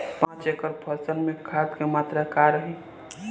पाँच एकड़ फसल में खाद के मात्रा का रही?